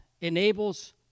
enables